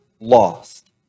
lost